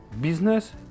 business